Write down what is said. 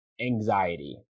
anxiety